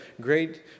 great